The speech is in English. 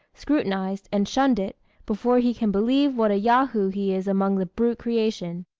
scrutinised, and shunned it before he can believe what a yahoo he is among the brute creation.